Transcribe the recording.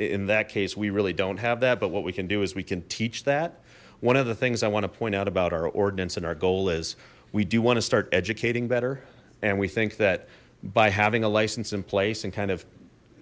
in that case we really don't have that but what we can do is we can teach that one of the things i want to point out about our ordinance and our goal is we do want to start educating better and we think that by having a license in place and kind of